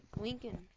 Lincoln